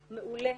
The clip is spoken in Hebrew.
מעולה,